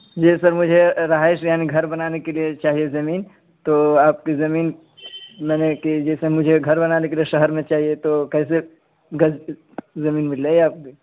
جی sir مجھے رہائش یعنی گھر بنانے کے لیے چاہیے زمین تو آپ کی زمین میں نے کہ جیسے مجھے گھر بنانے کے لیے شہر میں چاہیے تو کیسے گز زمین مل رہی ہے آپ کی